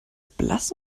blass